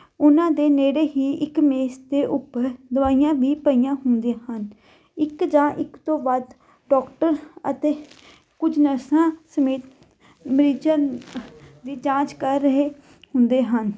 ਉਹਨਾਂ ਦੇ ਨੇੜੇ ਹੀ ਇੱਕ ਮੇਜ਼ ਦੇ ਉੱਪਰ ਦਵਾਈਆਂ ਵੀ ਪਈਆਂ ਹੁੰਦੀਆਂ ਹਨ ਇੱਕ ਜਾਂ ਇੱਕ ਤੋਂ ਵੱਧ ਡੋਕਟਰ ਅਤੇ ਕੁਝ ਨਰਸਾਂ ਸਮੇਤ ਮਰੀਜ਼ਾਂ ਦੀ ਜਾਂਚ ਕਰ ਰਹੇ ਹੁੰਦੇ ਹਨ